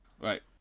Right